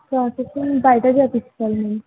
processing బయట చేయించుకోవాలి ma'am